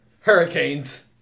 Hurricanes